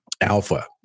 alpha